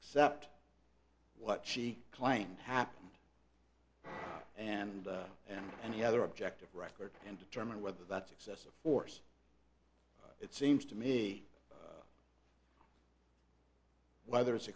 accept what she claimed happened and and and the other objective record and determine whether that's excessive force it seems to me whether it's